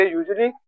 usually